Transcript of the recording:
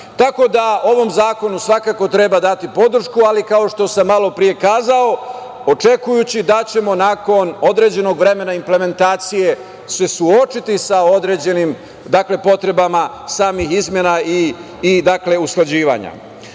da ovom zakonu svakako treba dati podršku, kao što sam malopre rekao očekujući da ćemo nakon određenog vremena implementacije se suočiti sa određenim potrebama samih izmena i usklađivanja. Želim